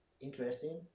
interesting